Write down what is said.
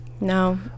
no